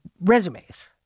resumes